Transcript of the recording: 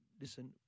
listen